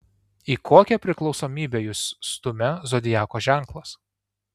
į kokią priklausomybę jus stumia zodiako ženklas